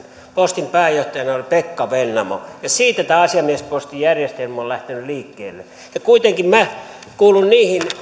postin pääjohtajana oli pekka vennamo ja siitä tämä asiamiespostijärjestelmä on lähtenyt liikkeelle kuitenkin minä kuulun niihin